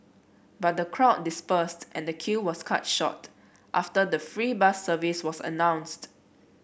but the crowd dispersed and the queue was cut short after the free bus service was announced